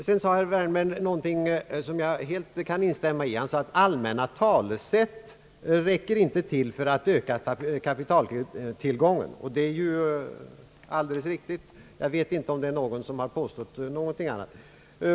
Sedan sade herr Wärnberg något som jag helt kan instämma i, nämligen att allmänna talesätt inte räcker till för att öka kapitaltillgången. Jag vet inte om det är någon som har påstått någonting annat.